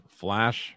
flash